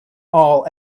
all